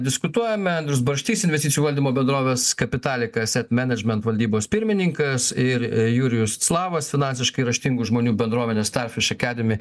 diskutuojame andrius barštys investicijų valdymo bendrovės kapitalik reset menedžment valdybos pirmininkas ir jurijus slavas finansiškai raštingų žmonių bendruomenės starfiš akademy